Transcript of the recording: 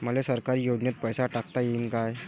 मले सरकारी योजतेन पैसा टाकता येईन काय?